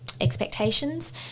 expectations